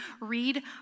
read